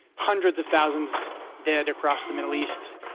hundreds of thousands dead across the middle east,